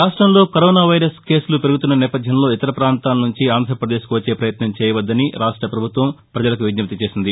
రాష్టంలో corona virus కేసులు పెరుగుతున్న నేపథ్యంలో ఇతర పాంతాల నుంచి ఆంధ్రాపదేశ్కు వచ్చే ప్రయత్నం చేయవద్దని రాష్ట ప్రభుత్వం ప్రజలకు విజ్ఞప్తి చేసింది